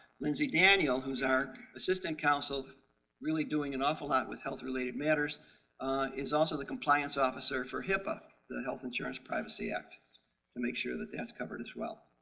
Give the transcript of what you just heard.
lindsay daniel, who's our assistant counsel really doing an awful lot with health related matters is also the compliance officer for hipaa the health insurance privacy act to make sure that that's covered as well.